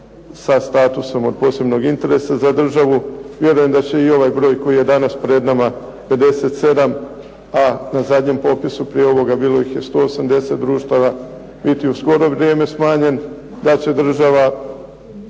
sa statusom od posebnog interesa za državu. Vjerujem da će i ovaj broj koji je danas pred nama 57, a na zadnjem popisu prije ovoga bilo ih je 180 društava, biti u skoro vrijeme smanjen. Da će država